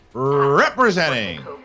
Representing